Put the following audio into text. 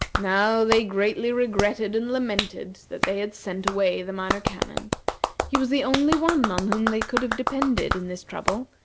now they greatly regretted and lamented that they had sent away the minor canon he was the only one on whom they could have depended in this trouble,